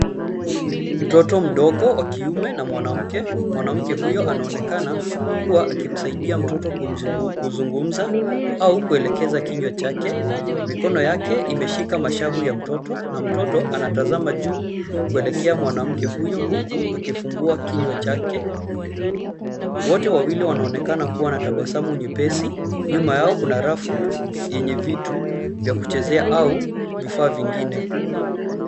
Mtoto mdogo wa kiume na mwanamke. Mwanamke huyo anaonekana kua akimsaidia mtoto kuzungumza au kuelekeza kinywa chake. Mikono yake imeshika mashafu ya mtoto, na mtoto anatazama juu kuelekea mwanamke huyo, huku akifumbua kinywa chake. Wote wawili wanaonekana kua na tabasamu nyepesi. Nyuma yao kuna rafu yenye vitu vya kuchezea aa vifaa vingine.